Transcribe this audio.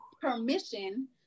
permission